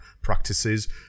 practices